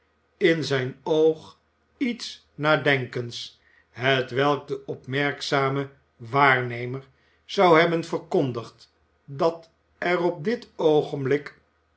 in zijn oog iets nadenkends hetwelk den opmerkzamen waarnemer zou hebben verkondigd dat er op dit oogenblik